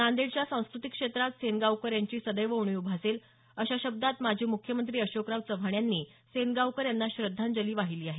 नांदेडच्या सांस्कृतिक क्षेत्रात सेनगावकर यांची सदैव उणीव भासेल अशा शब्दांत माजी मुख्यमंत्री अशोकराव चव्हाण यांनी सेनगावकर यांना श्रध्दांजली वाहिली आहे